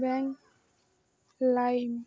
bank lime